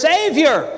Savior